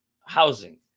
housing